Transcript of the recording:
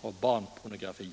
och barnpornografi.